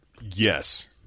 Yes